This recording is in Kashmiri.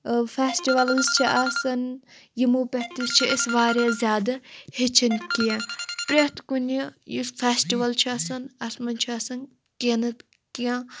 فٮ۪سٹِوَلٕز چھِ آسان یِمَو پٮ۪ٹھ تہِ چھِ أسۍ واریاہ زیادٕ ہیٚچھان کیٚنہہ پرٛٮ۪تھ کُنہِ یُس فٮ۪سٹِوَل چھِ آسان اَتھ منٛز چھُ آسان کیٚنہہ نَتہٕ کیٚنہہ